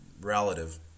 relative